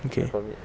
okay